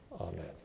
Amen